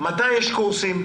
מתי יש קורסים?